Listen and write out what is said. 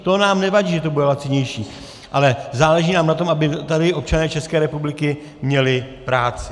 To nám nevadí, že to bude lacinější, ale záleží nám na tom, aby tady občané České republiky měli práci.